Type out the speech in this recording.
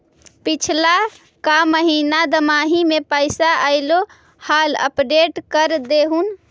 पिछला का महिना दमाहि में पैसा ऐले हाल अपडेट कर देहुन?